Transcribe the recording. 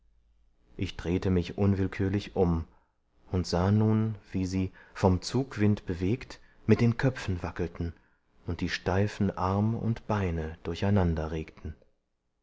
ich drehte mich unwillkürlich um und sah nun wie sie vom zugwind bewegt mit den köpfen wackelten und die steifen arm und beine